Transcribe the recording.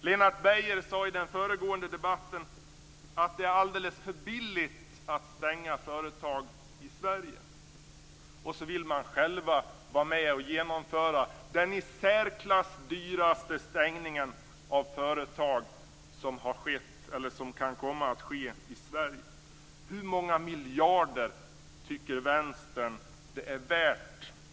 Lennart Beijer sade i den föregående debatten att det är alldeles för billigt att stänga företag i Sverige. Och så vill man själv vara med och genomföra den i särklass dyraste stängningen av företag som kan komma att ske i Sverige. Hur många miljarder tycker vänstern att det är värt?